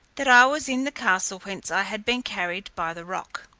that i was in the castle whence i had been carried by the roc.